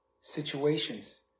situations